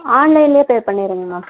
ஆன்லைன்லையே pay பண்ணிடுறேங்க ma'am